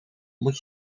moet